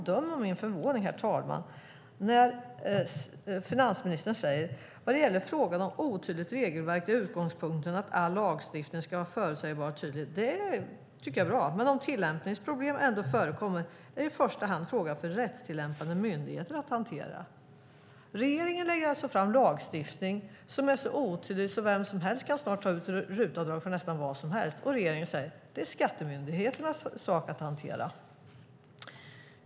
Döm om min förvåning, herr talman, när finansministern säger: När det gäller frågan om otydligt regelverk är utgångspunkten att all lagstiftning ska vara förutsägbar och tydlig. Det tycker jag är bra, men sedan fortsätter han: Men om tillämpningsproblem ändå förekommer är det i första hand en fråga för rättstillämpande myndigheter att hantera. Regeringen lägger alltså fram lagstiftning som är så otydlig att vem som helst snart kan ta ut RUT-avdrag för nästan vad som helst, och regeringen säger: Det är skattemyndigheternas sak att hantera!